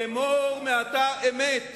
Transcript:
אמור מעתה: אמת,